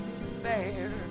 despair